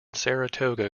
saratoga